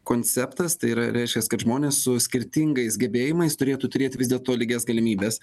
konceptas tai yra reiškias kad žmonės su skirtingais gebėjimais turėtų turėt vis dėlto lygias galimybes